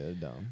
dumb